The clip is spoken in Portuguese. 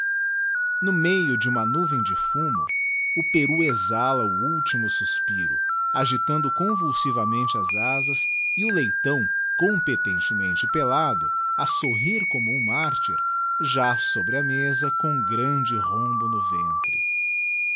no meio de uma nuvem de fumo o peru exala o ultimo suspiro agitando convulsivamente as azas e o leitão competentemente pellado a somr como um martyr jaz sobre a mesa com grande rombo no ventre